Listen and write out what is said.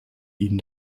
ihnen